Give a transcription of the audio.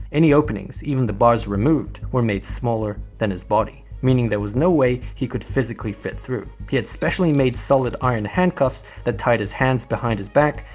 any openings, even the bars removed, were made smaller than his body, meaning there was no way he could physically fit through. he had specially made solid iron handcuffs that tied his hands behind his back,